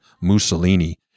Mussolini